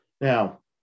Now